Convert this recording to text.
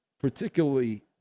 particularly